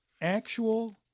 Actual